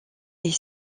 est